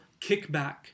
kickback